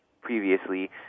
previously